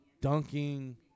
dunking